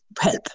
help